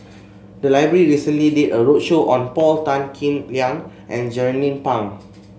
the library recently did a roadshow on Paul Tan Kim Liang and Jernnine Pang